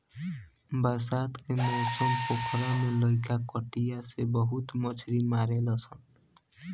बरसात के मौसम पोखरा में लईका कटिया से खूब मछली मारेलसन